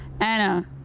Anna